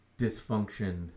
Dysfunction